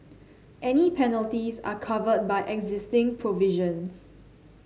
any penalties are covered by existing provisions